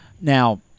Now